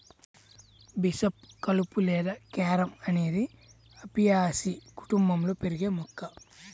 bishop కలుపు లేదా carom అనేది అపియాసి కుటుంబంలో పెరిగే మొక్క